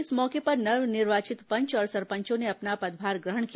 इस मौके पर नव निर्वाचित पंच और सरपंचों ने अपना पदभार ग्रहण किया